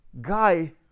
guy